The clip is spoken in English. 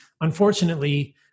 unfortunately